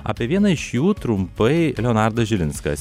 apie vieną iš jų trumpai leonardas žilinskas